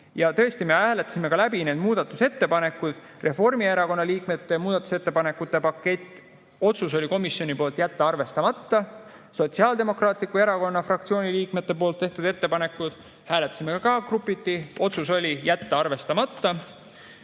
Ja me hääletasime läbi ka need muudatusettepanekud. Reformierakonna liikmete muudatusettepanekute paketi otsustas komisjon jätta arvestamata. Sotsiaaldemokraatliku Erakonna fraktsiooni liikmete tehtud ettepanekuid hääletasime ka grupiti, otsus oli jätta arvestamata.